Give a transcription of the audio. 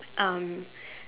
um